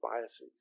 biases